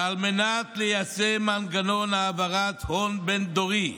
וכדי לייצר מנגנון העברת הון בין-דורי,